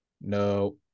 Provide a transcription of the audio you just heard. No